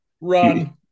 run